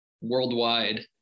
worldwide